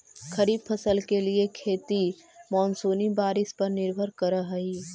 खरीफ फसल के लिए खेती मानसूनी बारिश पर निर्भर करअ हई